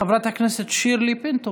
חברת הכנסת שירלי פינטו,